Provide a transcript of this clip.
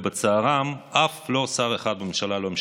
בצערם אף שר אחד בממשלה לא משתתף,